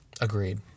Agreed